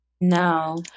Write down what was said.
No